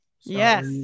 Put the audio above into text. Yes